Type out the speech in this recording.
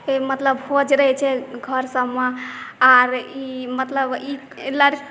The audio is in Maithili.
मतलब भोज रहै छै घर सबमे आओर ई मतलब ई